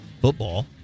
football